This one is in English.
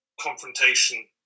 confrontation